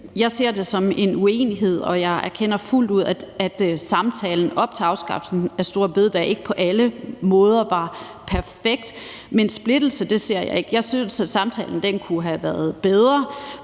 Jeg ser det som en uenighed, og jeg erkender fuldt ud, at samtalen op til afskaffelsen af store bededag ikke på alle måder var perfekt. Men splittelse ser jeg ikke. Jeg synes, at samtalen kunne have været bedre,